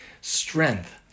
strength